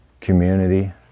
community